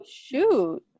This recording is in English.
shoot